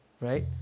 Right